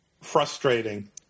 frustrating